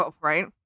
right